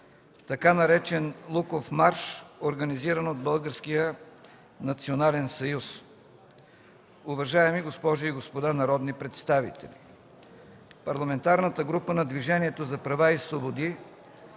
така наречен „Луков марш”, организиран от Българския национален съюз Уважаеми госпожи и господа народни представители, Парламентарната група на Движението за права и свободи